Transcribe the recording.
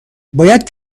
باید